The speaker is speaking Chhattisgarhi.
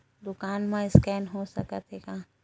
दुकान मा स्कैन हो सकत हे का?